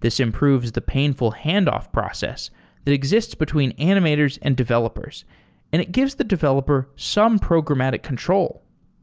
this improves the painful handoff process that exists between animators and developers and it gives the developer some programmatic control